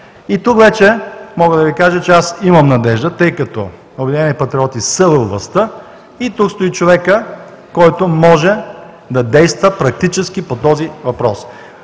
И тук вече мога да Ви кажа, че имам надежда, тъй като „Обединени патриоти“ са във властта – тук стои човекът, който може да действа практически по този въпрос.